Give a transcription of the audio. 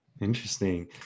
interesting